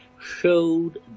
showed